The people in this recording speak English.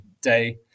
day